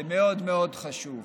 זה מאוד מאוד חשוב.